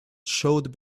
showed